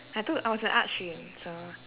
I took I was in arts stream so